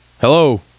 Hello